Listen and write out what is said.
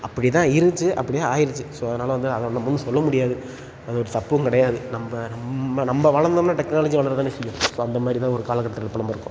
அப்படி தான் இருந்துச்சு அப்படியே ஆயிடுச்சு ஸோ அதனால் வந்து அதை நம்ம வந்து சொல்ல முடியாது அது ஒரு தப்பும் கிடையாது நம்ம நம்ம நம்ம வளர்ந்தோம்னா டெக்னாலஜி வளர தான் செய்யும் இப்போ அந்த மாதிரி தான் ஒரு காலக்கட்டத்தில் இப்போ நம்ம இருக்கோம்